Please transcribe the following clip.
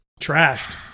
trashed